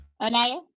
Anaya